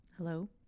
Hello